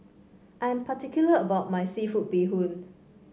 I am particular about my seafood Bee Hoon